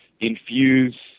infuse